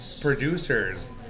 producers